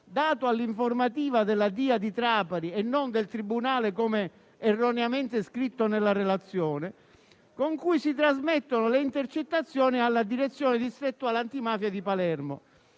dato all'informativa della DIA di Trapani, e non del tribunale - com'è erroneamente scritto nella relazione - con cui si trasmettono le intercettazioni alla direzione distrettuale antimafia di Palermo.